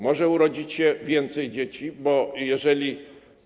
Może urodzić się więcej dzieci, bo jeżeli.